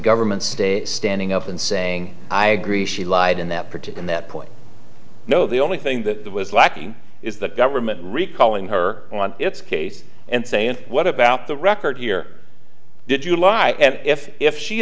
government state standing up and saying i agree she lied in that protect and that point no the only thing that was lacking is the government recalling her on its case and saying what about the record here did you lie and if if she